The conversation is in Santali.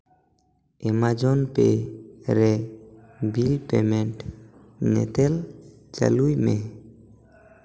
ᱮᱢᱟᱡᱚᱱ ᱯᱮ ᱨᱮ ᱵᱤᱞ ᱯᱮᱢᱮᱱᱴ ᱧᱮᱛᱮᱞ ᱪᱟᱹᱞᱩᱭ ᱢᱮ